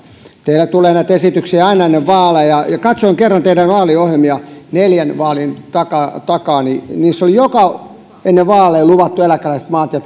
teillä tulee näitä esityksiä aina ennen vaaleja kun katsoin kerran teidän vaaliohjelmianne neljän vaalin takaa takaa niin niissä oli ennen joka vaaleja luvattu eläkeläisille maat ja